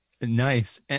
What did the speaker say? Nice